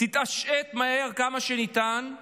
יתעשו מהר, כמה שניתן,